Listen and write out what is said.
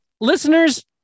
listeners